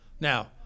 Now